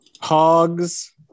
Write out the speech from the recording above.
hogs